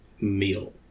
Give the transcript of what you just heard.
meal